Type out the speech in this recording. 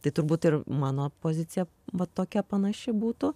tai turbūt ir mano pozicija vat tokia panaši būtų